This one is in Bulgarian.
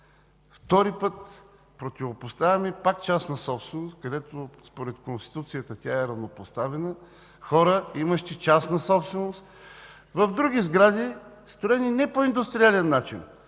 Втори път противопоставяме пак частна собственост – според Конституцията тя е равнопоставена, хора, имащи частна собственост в други сгради, строени не по индустриален начин.